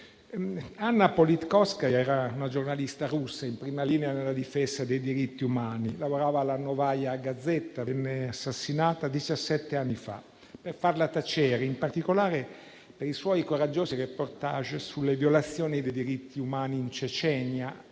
Anna Politkovskaja era una giornalista russa in prima linea nella difesa dei diritti umani. Lavorava alla «Novaja Gazeta», venne assassinata diciassette anni fa per farla tacere, in particolare per i suoi coraggiosi reportage sulle violazioni dei diritti umani in Cecenia